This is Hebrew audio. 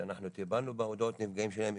שאנחנו טיפלנו בהודעות נפגעים שלהם,